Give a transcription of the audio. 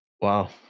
Wow